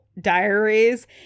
diaries